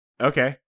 okay